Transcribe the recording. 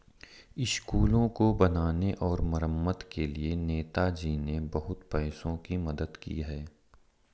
स्कूलों को बनाने और मरम्मत के लिए नेताजी ने बहुत पैसों की मदद की है